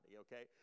Okay